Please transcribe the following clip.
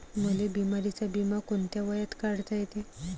मले बिमारीचा बिमा कोंत्या वयात काढता येते?